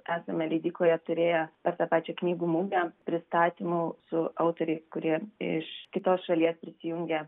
esame leidykloje turėję per tą pačią knygų mugę pristatymų su autoriais kurie iš kitos šalies prisijungė